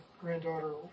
granddaughter